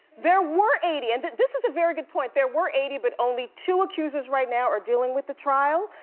there were eighty, and this is a very good point, there were eighty but only two accusers right now are dealing with the trial.